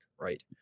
right